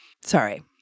Sorry